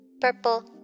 Purple